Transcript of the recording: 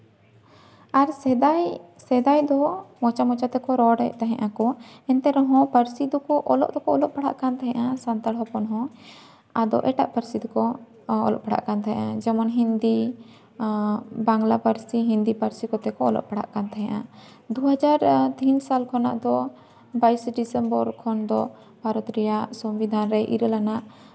ᱟᱨ ᱥᱮᱫᱟᱭ ᱥᱮᱫᱟᱭ ᱫᱚ ᱢᱚᱪᱟ ᱢᱚᱪᱟ ᱛᱮᱠᱚ ᱨᱚᱲᱮᱜ ᱛᱟᱦᱮᱸᱜ ᱟᱠᱚ ᱮᱱᱛᱮ ᱨᱮᱦᱚᱸ ᱯᱟᱹᱨᱥᱤ ᱫᱚᱠᱚ ᱚᱞᱚᱜ ᱫᱚᱠᱚ ᱚᱞᱚᱜ ᱯᱟᱲᱦᱟᱜ ᱠᱟᱱ ᱛᱟᱦᱮᱸᱜᱼᱟ ᱥᱟᱱᱛᱟᱲ ᱦᱚᱯᱚᱱ ᱦᱚᱸ ᱟᱫᱚ ᱮᱴᱟᱜ ᱯᱟᱹᱨᱥᱤ ᱛᱮᱠᱚ ᱚᱞᱚᱜ ᱯᱟᱲᱦᱟᱜ ᱠᱟᱱ ᱛᱟᱦᱮᱸᱜᱼᱟ ᱡᱮᱢᱚᱱ ᱦᱤᱱᱫᱤ ᱵᱟᱝᱞᱟ ᱯᱟᱹᱨᱥᱤ ᱦᱤᱱᱫᱤ ᱯᱟᱹᱨᱥᱤ ᱠᱚᱛᱮ ᱠᱚ ᱚᱞᱚᱜ ᱯᱟᱲᱦᱟᱜ ᱠᱟᱱ ᱛᱟᱦᱮᱸᱜᱼᱟ ᱫᱩ ᱦᱟᱡᱟᱨ ᱛᱤᱱ ᱥᱟᱞ ᱠᱷᱚᱱᱟᱜ ᱫᱚ ᱵᱟᱭᱤᱥᱮ ᱰᱤᱥᱮᱢᱵᱚᱨ ᱠᱷᱚᱱ ᱫᱚ ᱵᱷᱟᱨᱚᱛ ᱨᱮᱭᱟᱜ ᱥᱚᱝᱵᱤᱫᱷᱟᱱ ᱨᱮ ᱤᱨᱟᱹᱞ ᱟᱱᱟᱜ